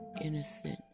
innocent